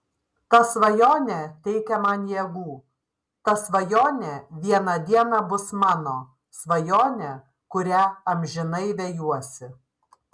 ta svajonė teikia man jėgų ta svajonė vieną dieną bus mano svajonė kurią amžinai vejuosi